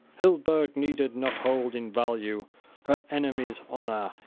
hildeburh needed not hold in value her enemies' honor!